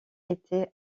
était